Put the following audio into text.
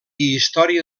història